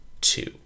two